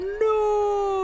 No